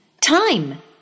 Time